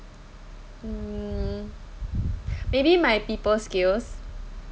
mm maybe my people skills